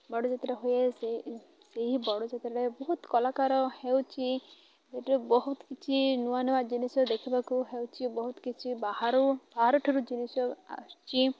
ବଡ଼ ଯାତ୍ରା ହୁଏ ସେହି ବଡ଼ ଯାତ୍ରାରେ ବହୁତ କଳାକାର ହେଉଛି ବହୁତ କିଛି ନୂଆ ନୂଆ ଜିନିଷ ଦେଖିବାକୁ ହେଉଛି ବହୁତ କିଛି ବାହାରୁ ବାହାର ଠାରୁ ଜିନିଷ ଆସୁଛି